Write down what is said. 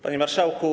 Panie Marszałku!